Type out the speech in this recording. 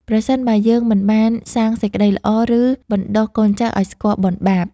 ប្រសិនបើយើងមិនបានសាងសេចក្ដីល្អ ឬបណ្ដុះកូនចៅឱ្យស្គាល់បុណ្យបាប។